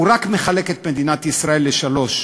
הוא רק מחלק את מדינת ישראל לשלוש.